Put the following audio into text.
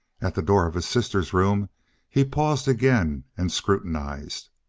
at the door of his sister's room he paused again and scrutinized.